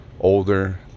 Older